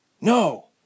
No